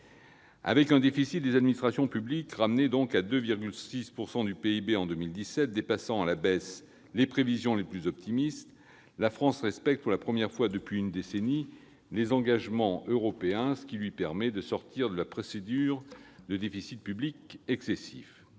Avec un déficit des administrations publiques ramené à 2,6 % du PIB en 2017, plus faible que les prévisions les plus optimistes, la France respecte pour la première fois depuis une décennie ses engagements européens, ce qui lui permet de sortir de la procédure de déficit public excessif.